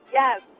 Yes